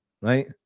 right